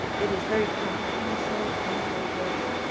it is very comprehensive, integrative,